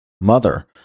mother